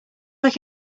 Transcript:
like